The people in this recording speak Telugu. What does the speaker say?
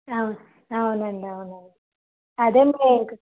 అవునండి అవును అవును అదే మరి ఇంక